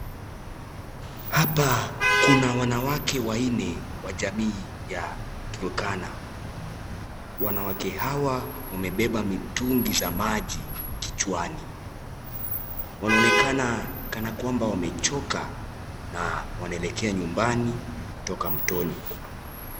Hapa kuna wanawake wanne wa jamii Turkana. Wanawake hawa wamebeba mitungi za maji kichwani. Wanaoneka kana kwamba wamechoka na wanaelekea nyumbani kutoka mtoni.